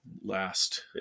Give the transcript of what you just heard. last